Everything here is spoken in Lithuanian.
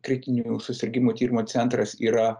kritinių susirgimų tyrimo centras yra